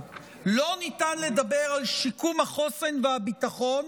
לא ניתן לדבר על שיקום החוסן והביטחון.